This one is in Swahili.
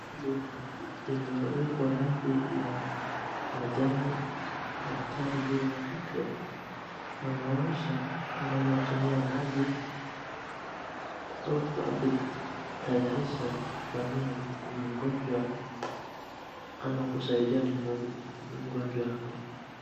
Imewekwa rangi ya majani, daktari huyo akikiketi anaosha ama anatumia maji huku akitayarisha kufanyia mgonjwa ama akisahidia mgonjwa hapo.